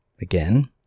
Again